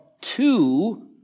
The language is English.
two